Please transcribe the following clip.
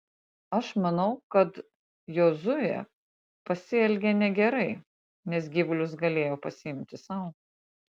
aš manau kad jozuė pasielgė negerai nes gyvulius galėjo pasiimti sau